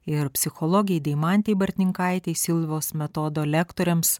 ir psichologei deimantei bartninkaitei silvos metodo lektorėms